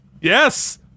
Yes